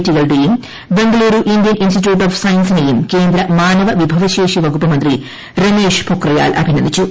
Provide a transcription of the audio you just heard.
ടികളേയും Bengaluru Indian institute of സയൻസിനെയും കേന്ദ്ര മാനവ വിഭവശേഷി വകുപ്പ് മന്ത്രി രമേഷ് പൊഖ്രിയാൽ അഭിനന്ദിച്ചു